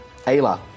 Ayla